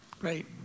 Great